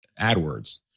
AdWords